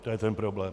To je ten problém.